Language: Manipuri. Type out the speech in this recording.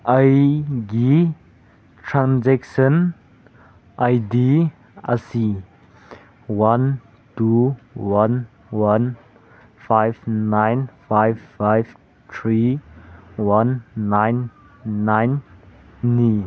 ꯑꯩꯒꯤ ꯇ꯭ꯔꯥꯟꯖꯦꯛꯁꯟ ꯑꯥꯏ ꯗꯤ ꯑꯁꯤ one two one one five nine five five three one nine ꯅꯥꯏꯟꯅꯤ